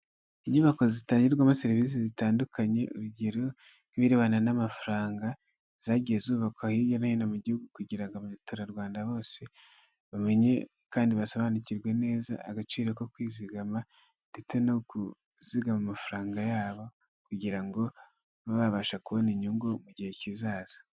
Inyubako zitangirwamo serivise zitandukanye urugero nk'ibirebana n'amafaranga, zagiye zubakwa hirya no hino mu gihugu kugira ngo abaturarwanda bose bamenye kandi basobanukirwe neza agaciro ko kwizigama ndetse no kuzigama amafaranga yabo, kugira ngo babe babashe kubona inyungu mu gihe kizaza.